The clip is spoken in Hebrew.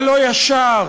הלא-ישר,